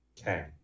Okay